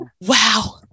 Wow